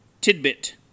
tidbit